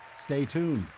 stay tuned.